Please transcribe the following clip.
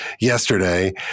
yesterday